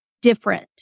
different